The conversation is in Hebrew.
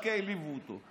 רק העליבו אותו.